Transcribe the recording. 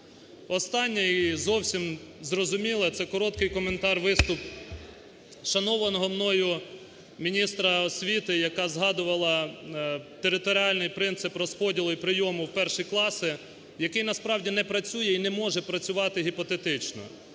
Останнє і зовсім зрозуміле – це короткий коментар-виступ шанованого мною міністра освіти, яка згадувала територіальний принцип розподілу і прийому в перші класи, який насправді не працює і не може працювати гіпотетично.